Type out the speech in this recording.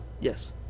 Yes